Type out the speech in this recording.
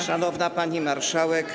Szanowna Pani Marszałek!